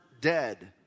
dead